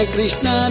Krishna